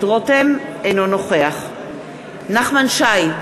אינו נוכח נחמן שי,